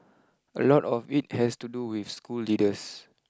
a lot of it has to do with school leaders